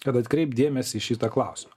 kad atkreipt dėmesį šitą klausimą